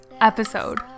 episode